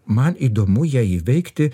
man įdomu ją įveikti